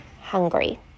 hungry